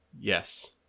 yes